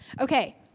Okay